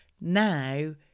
Now